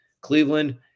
Cleveland